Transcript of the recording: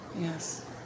Yes